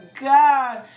God